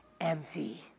empty